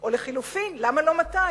או לחלופין, למה לא 200?